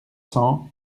cents